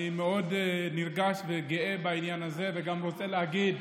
אני מאוד נרגש וגאה בעניין הזה, וגם רוצה להגיד: